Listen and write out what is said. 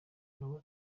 nawe